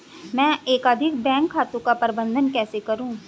मैं एकाधिक बैंक खातों का प्रबंधन कैसे करूँ?